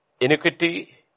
Iniquity